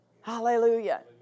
Hallelujah